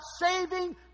saving